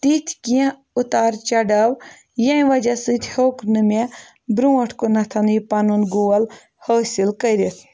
تِتھۍ کینٛہہ اُتار چَڑاو ییٚمہِ وجہ سۭتۍ ہیوٚک نہٕ مےٚ برونٛٹھ کُنَتھ یہِ پَنُن گول حٲصِل کٔرِتھ